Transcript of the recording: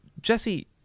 Jesse